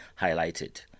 highlighted